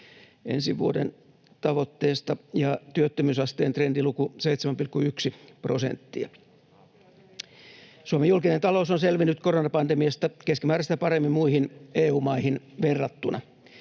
ensi vuoden tavoitteesta, ja työttömyysasteen trendiluku 7,1 prosenttia. Suomen julkinen talous on selvinnyt koronapandemiasta keskimääräistä paremmin muihin EU-maihin verrattuna.